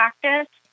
practice